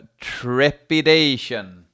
Trepidation